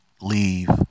leave